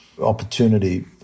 opportunity